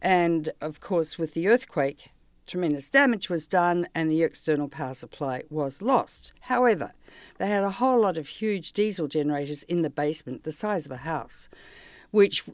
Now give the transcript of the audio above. and of course with the earthquake tremendous damage was done and the external power supply was lost however they had a whole lot of huge diesel generators in the basement the size of a house which